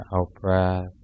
out-breath